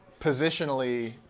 positionally